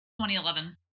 2011